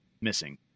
missing